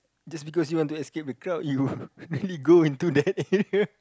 just because you want to escape the crowd you really go into the area